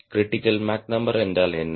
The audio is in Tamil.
கிரிட்டிக்கல் மேக் நம்பர் என்றால் என்ன